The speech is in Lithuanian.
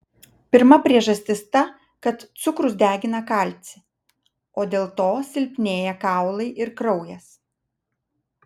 pirma priežastis ta kad cukrus degina kalcį o dėl to silpnėja kaulai ir kraujas